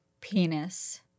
Penis